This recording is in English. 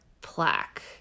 plaque